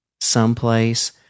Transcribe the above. someplace